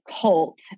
cult